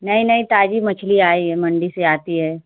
नहीं नहीं ताज़ी मछली आयी है मंडी से आती है